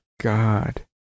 God